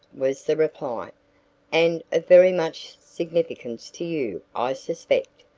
was the reply and of very much significance to you, i suspect.